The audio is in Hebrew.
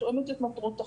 שתואמת את מטרות החוק,